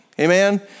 Amen